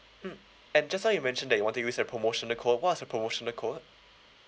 mm and just now you mentioned that you want to use the promotional code what's the promotional code